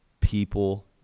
People